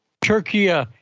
Turkey